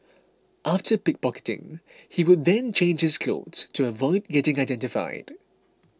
after pick pocketing he would then change his clothes to avoid getting identified